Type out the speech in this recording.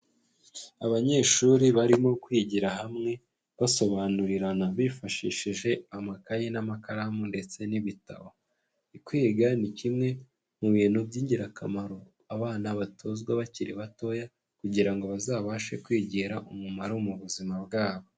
Abanyeshuri barimo kwigira hamwe basobanurirana bifashishije amakaye n'amakaramu ndetse n'ibitabo, kwiga ni kimwe mu bintu by'ingirakamaro abana batozwa bakiri batoya kugira ngo bazabashe kwigirira umumaro mu buzima bwabo.